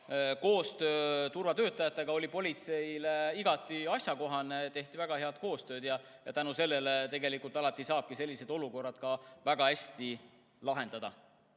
Koostöö turvatöötajatega oli politseil igati asjakohane, tehti väga head koostööd ja tänu sellele saabki selliseid olukordi alati väga hästi lahendada.